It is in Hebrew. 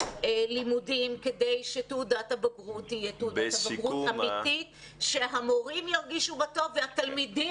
כדי שתעודת הבגרות תהיה תעודת בגרות אמיתית שגם המורים וגם התלמידים